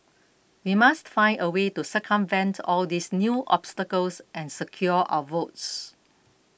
we must find a way to circumvent all these new obstacles and secure our votes